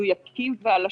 מדויקים ועל השולחן.